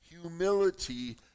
humility